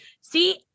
see